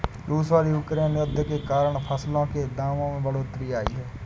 रूस और यूक्रेन युद्ध के कारण फसलों के दाम में बढ़ोतरी आई है